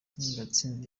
gatsinzi